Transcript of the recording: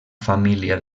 família